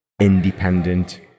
independent